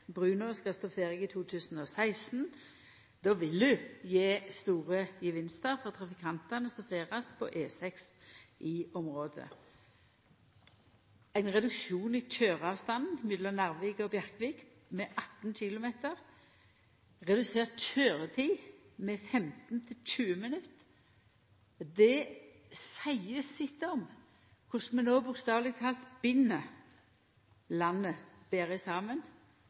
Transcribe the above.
stå ferdig i 2016. Då vil ho gje store gevinstar for trafikantane som ferdast på E6 i området. Å redusera køyreavstanden mellom Narvik og Bjerkvik med 18 km og å redusera køyretida med 15–20 minutt seier sitt om korleis vi no bokstavleg talt bind landet betre saman